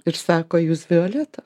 ir sako jūs violeta